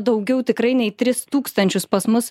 daugiau tikrai nei tris tūkstančius pas mus